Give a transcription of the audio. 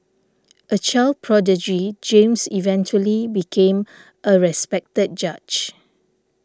a child prodigy James eventually became a respected judge